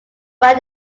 when